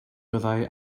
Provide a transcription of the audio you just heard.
byddai